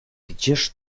gdzież